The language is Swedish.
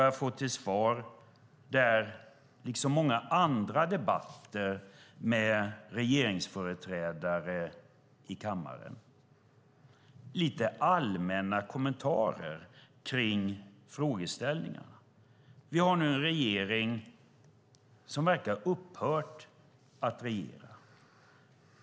Jag får till svar, liksom i många andra debatter med regeringsföreträdare i kammaren, lite allmänna kommentarer kring frågeställningarna. Vi har nu en regering som verkar ha upphört att regera.